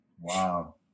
Wow